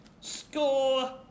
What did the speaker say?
Score